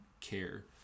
care